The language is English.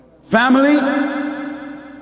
Family